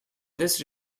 this